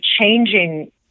changing